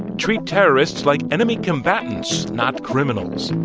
treat terrorists like enemy combatants, not criminals.